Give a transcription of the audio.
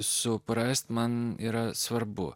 suprasti man yra svarbu